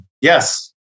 Yes